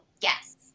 yes